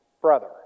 brother